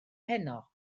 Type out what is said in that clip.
heno